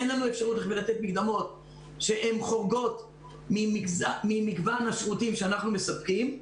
אין לנו אפשרות לתת מקדמות שהן חורגות ממגוון השירותים שאנחנו מספקים.